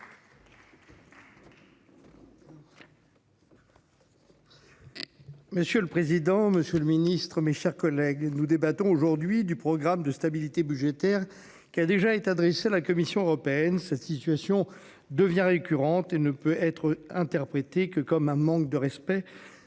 Monsieur le président, Monsieur le Ministre, mes chers collègues, nous débattons aujourd'hui du programme de stabilité budgétaire. Qui a déjà été adressée à la Commission européenne cette situation devient récurrente et ne peut être interprétée que comme un manque de respect